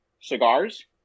cigars